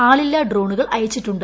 ആളില്ലാ ഡ്രോണുകൾ അയച്ചിട്ടുണ്ട്